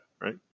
right